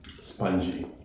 spongy